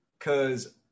Cause